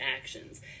actions